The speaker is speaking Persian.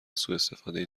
سواستفاده